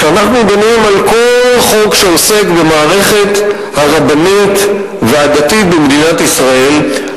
כשאנחנו דנים על כל חוק שעוסק במערכת הרבנית והדתית במדינת ישראל,